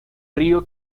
río